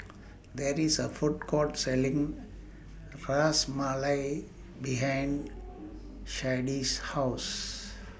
There IS A Food Court Selling Ras Malai behind Sharday's House